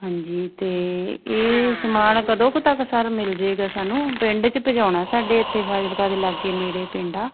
ਹਾਂਜੀ ਅਤੇ ਇਹ ਸਮਾਨ ਕਦੋਂ ਕੁ ਤੱਕ ਸਰ ਮਿਲ ਜਾਏਗਾ ਸਾਨੂੰ ਪਿੰਡ 'ਚ ਭਜਾਉਣਾ ਸਾਡੇ ਇੱਥੇ ਫਾਜ਼ਿਲਕਾ ਦੇ ਲਾਗੇ ਨੇੜੇ ਪਿੰਡ ਆ